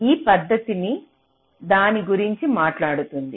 ఈ పద్ధతి దాని గురించి మాట్లాడుతుంది